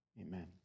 Amen